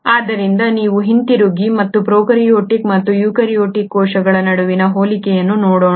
ಆದ್ದರಿಂದ ನಾವು ಹಿಂತಿರುಗಿ ಮತ್ತು ಪ್ರೊಕಾರ್ಯೋಟಿಕ್ ಮತ್ತು ಯುಕ್ಯಾರಿಯೋಟಿಕ್ ಕೋಶಗಳ ನಡುವಿನ ಹೋಲಿಕೆಯನ್ನು ನೋಡೋಣ